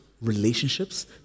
relationships